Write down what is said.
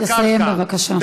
תסיים בבקשה.